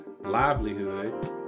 livelihood